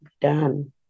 done